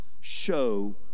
show